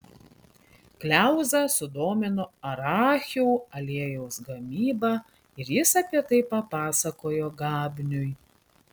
kliauzą sudomino arachių aliejaus gamyba ir jis apie tai papasakojo gabniui